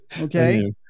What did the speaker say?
Okay